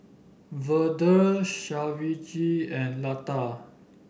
Vedre Shivaji and Lata